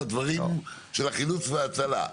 בדברים של חילוץ והצלה.